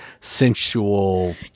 sensual